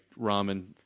ramen